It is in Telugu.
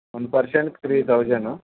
వన్ పర్సన్కి త్రీ థౌజెండ్